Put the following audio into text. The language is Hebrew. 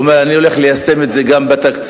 והוא אומר, אני הולך ליישם את זה גם בתקציב,